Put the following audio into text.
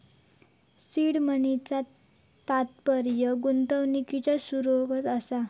seed मनीचा तात्पर्य गुंतवणुकिची सुरवात असा